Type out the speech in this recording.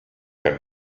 can